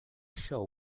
show